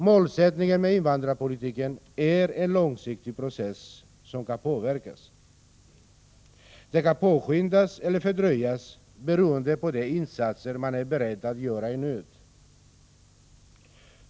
Målsättningen med invandrarpolitiken är en långsiktig process som kan påverkas. Den kan påskyndas eller fördröjas beroende på de insatser man är beredd att göra i nuet.